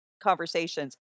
conversations